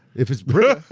if it's britta,